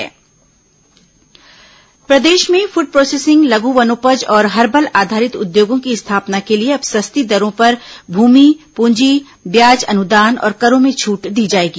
मुख्यमंत्री घोषणा प्रदेश में फूड़ प्रोसेसिंग लघु वनोपज और हर्बल आधारित उद्योगों की स्थापना के लिए अब सस्ती दरों पर भूमि पूंजी ब्याज अनुदान और करों में छूट दी जाएगी